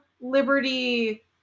liberty